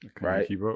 right